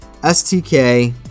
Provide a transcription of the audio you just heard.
stk